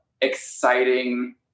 exciting